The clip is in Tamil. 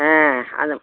ஆ அது